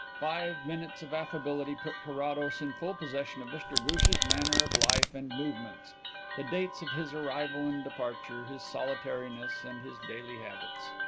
five minutes of affability put carrados in full possession of mr ghoosh's manner of life and movements the dates of his arrival and departure, his solitariness and his daily habits.